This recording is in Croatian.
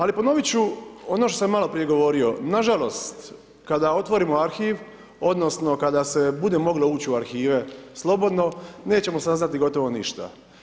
Ali, ponoviti ću ono što sam maloprije govorio, nažalost, kada otvorimo arhiv, odnosno, kada se bude moglo ući u arhive, slobodno, nećemo saznati, gotovo ništa.